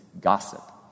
gossip